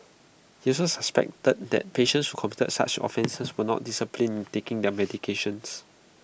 he also suspected that patients who committed such offences were not disciplined taking their medications